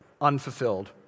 unfulfilled